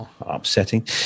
upsetting